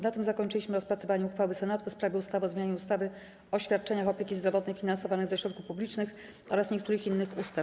Na tym zakończyliśmy rozpatrywanie uchwały Senatu w sprawie ustawy o zmianie ustawy o świadczeniach opieki zdrowotnej finansowanych ze środków publicznych oraz niektórych innych ustaw.